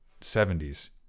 70s